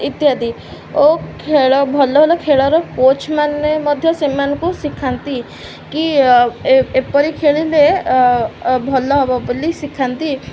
ଇତ୍ୟାଦି ଓ ଖେଳ ଭଲ ଭଲ ଖେଳର କୋଚ୍ମାନେ ମଧ୍ୟ ସେମାନଙ୍କୁ ଶିଖାନ୍ତି କି ଏପରି ଖେଳିଲେ ଭଲ ହେବ ବୋଲି ଶିଖାନ୍ତି